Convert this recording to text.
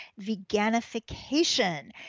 Veganification